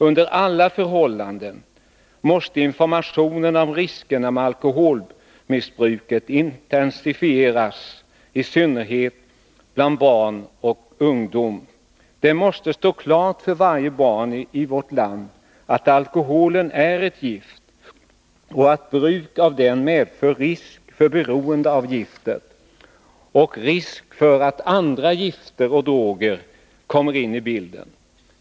Under alla förhållanden måste informationen om riskerna med alkoholbruk intensifieras — i synnerhet bland barn och ungdom. Det måste stå klart för varje barn i vårt land att alkoholen är ett gift och att bruk av den medför risk för beroende av giftet och risk för att andra gifter och droger kommer in i bilden.